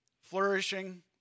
flourishing